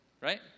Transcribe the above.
right